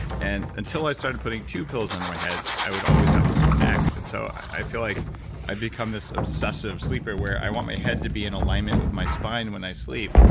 and until i started putting two pillows under my head i would always have a sore neck, and so i feel like i've become this obsessive sleeper where i want my head to be in alignment with my spine when i sleep,